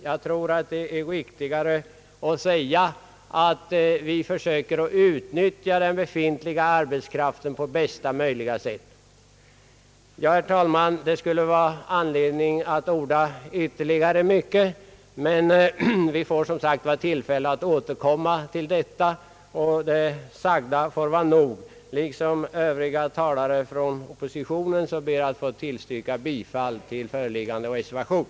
Jag tror att det är riktigare att säga att vi försöker utnyttja den befintliga arbetskraften på bästa möjliga sätt. Herr talman! Det skulle finnas anledning att orda ytterligare mycket om detta, men vi får som sagt tillfälle att återkomma, och det sagda får vara tillräckligt. Liksom övriga talare från oppositionen ber jag att få yrka bifall till föreliggande reservation.